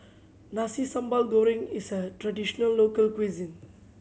Nasi Sambal Goreng is a traditional local cuisine